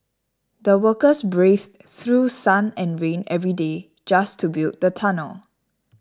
the workers braved through sun and rain every day just to build the tunnel